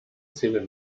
zählen